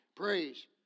Praise